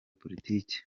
politiki